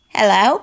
Hello